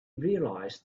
realized